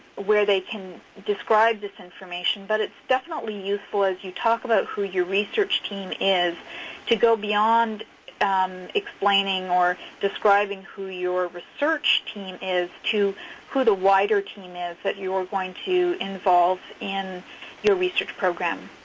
where they can describe this information, but it's definitely useful as you talk about who your research team is to go beyond explaining or describing who your research team is to who the wider team is that you're going to involve in your research program.